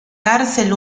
cárcel